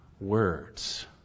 words